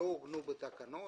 שלא עוגנו בתקנות.